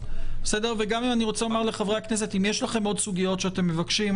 אם יש לכם עוד סוגיות שאתם מבקשים,